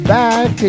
back